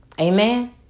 amen